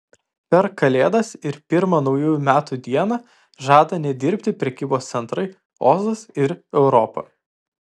per kalėdas ir pirmą naujų metų dieną žada nedirbti prekybos centrai ozas ir europa